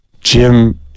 Jim